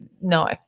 no